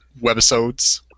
webisodes